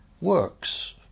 works